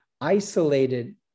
isolated